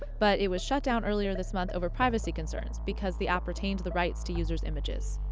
but it was shut down earlier this month over privacy concerns because the app maintained the rights to users' images.